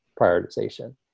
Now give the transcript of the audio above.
prioritization